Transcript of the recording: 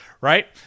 right